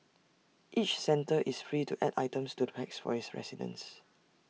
each centre is free to add items to the packs for its residents